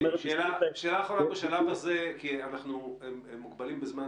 שאלה אחרונה בשלב הזה כי אנחנו מוגבלים בזמן.